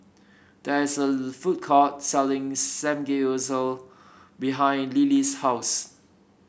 there is a food court selling Samgeyopsal behind Lillie's house